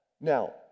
Now